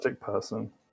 person